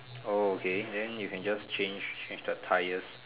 oh okay then you can just change change the tyres